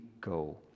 go